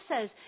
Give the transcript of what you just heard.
says